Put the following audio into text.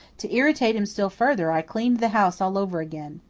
to irritate him still further i cleaned the house all over again.